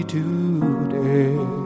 today